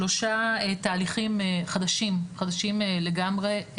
שלושה תהליכים חדשים לגמרי,